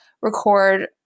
record